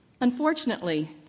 Unfortunately